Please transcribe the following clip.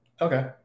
Okay